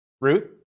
Ruth